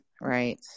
right